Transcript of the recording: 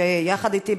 שיחד אתי,